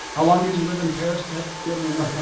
how long did you live in paris to be able to know